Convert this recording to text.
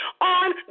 on